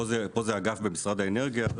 פה זה אגף במשרד האנרגיה.